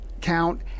count